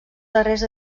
darrers